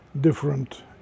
different